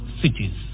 cities